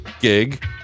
gig